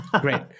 Great